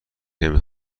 نمی